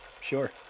Sure